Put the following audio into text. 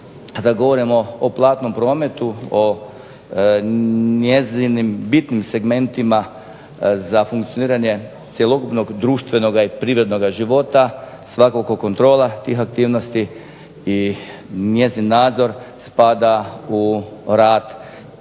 kad govorimo o platnom prometu, o njezinim bitnim segmentima za funkcioniranje cjelokupnog društvenoga i privrednoga života svakako kontrola tih aktivnosti i njezin nadzor spada u rad